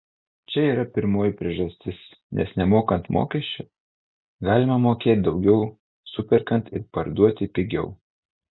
čia yra pirmoji priežastis nes nemokant mokesčių galima mokėt daugiau superkant ir parduoti pigiau